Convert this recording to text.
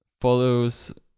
follows